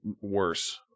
worse